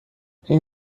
این